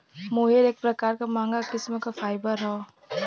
मोहेर एक प्रकार क महंगा किस्म क फाइबर हौ